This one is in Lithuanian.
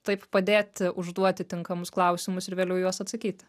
taip padėti užduoti tinkamus klausimus ir vėliau į juos atsakyti